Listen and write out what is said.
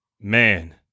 man